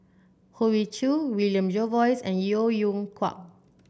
Hoey Choo William Jervois and Yeo Yeow Kwang